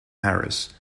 harris